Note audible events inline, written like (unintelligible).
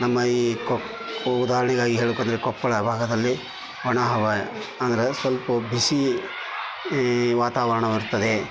ನಮ್ಮ ಈ ಕೊಪ್ (unintelligible) ಹೇಳ್ಬಬೇಕಂದ್ರೆ ಕೊಪ್ಪಳ ಭಾಗದಲ್ಲಿ ಒಣ ಹವೆ ಅಂದ್ರೆ ಸ್ವಲ್ಪ ಬಿಸಿ ವಾತಾವರಣವಿರುತ್ತದೆ